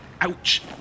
Ouch